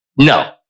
no